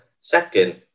Second